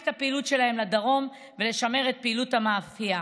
את הפעילות שלהם לדרום ולשמר את פעילות המאפייה?